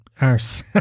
Arse